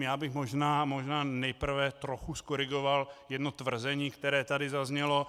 Já bych možná nejprve trochu zkorigoval jedno tvrzení, které tady zaznělo.